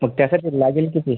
मग त्यासाठी लागेल किती